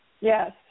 Yes